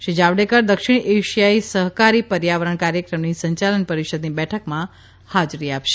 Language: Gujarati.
શ્રી જાવડેકર દક્ષિણ એશિયા સહકારી પર્યાવરણ કાર્યક્રમની સંયાલન પરિષદની બેઠકમાં હાજરી આપશે